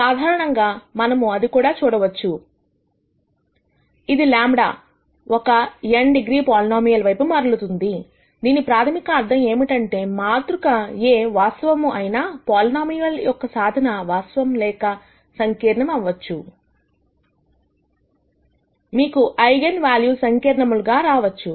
సాధారణంగా మనము అది కూడా చూడవచ్చు ఇది λ ఒక n డిగ్రీ పోలినోమియల్ వైపు మరలుతుంది దీని ప్రాథమిక అర్థం ఏమిటంటే మాతృక A వాస్తవము అయినా పోలినోమియల్ యొక్క సాధన వాస్తవం లేక సంకీర్ణము అవ్వచ్చు మీకు ఐగన్ వాల్యూస్ సంకీర్ణములుగా రావచ్చు